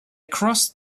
crossed